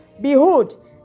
behold